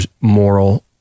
moral